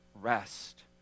rest